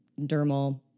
dermal